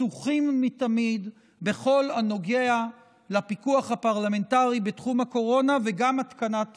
פתוחים מתמיד בכל הנוגע לפיקוח הפרלמנטרי בתחום הקורונה וגם להתקנת